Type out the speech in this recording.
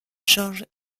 george